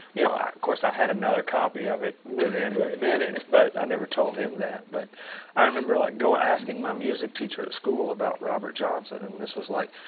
yeah course, i had another copy of it within minutes. but i never told him that. but i remember, like, going asking my music teacher at school about robert johnson. and this was like,